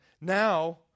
now